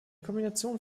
kombination